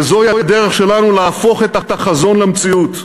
וזו הדרך שלנו להפוך את החזון למציאות.